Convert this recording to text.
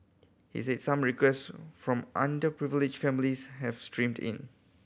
he said some request from underprivileged families have streamed in